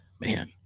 Man